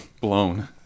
blown